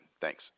Thanks